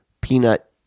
peanut